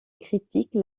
critique